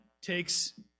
takes